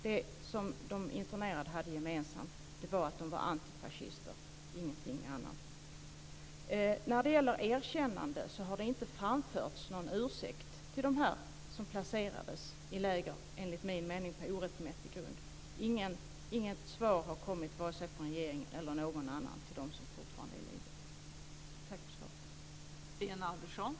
Det som de internerade hade gemensamt var att de var antifascister, ingenting annat. När det gäller erkännande har det inte framförts någon ursäkt till dem som placerades i läger - enligt min mening på orättmätig grund. Inget svar har kommit vare sig från regeringen eller från någon annan till dem som fortfarande är i livet.